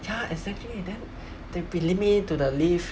ya exactly then they beli~ me to the lift